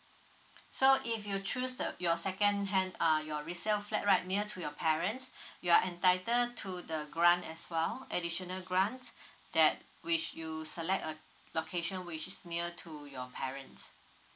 so if you choose the your second hand uh your resale flat right near to your parents you are entitled to the grant as well additional grant that which you select a location which is near to your parents